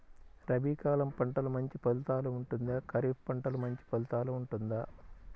రబీ కాలం పంటలు మంచి ఫలితాలు ఉంటుందా? ఖరీఫ్ పంటలు మంచి ఫలితాలు ఉంటుందా?